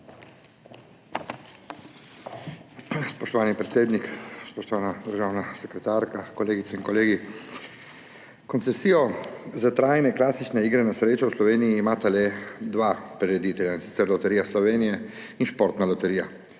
Spoštovani predsednik, spoštovana državna sekretarka, kolegice in kolegi! Koncesijo za trajne in klasične igre na srečo v Sloveniji imata le dva prireditelja, in sicer Loterija Slovenije in Športna loterija.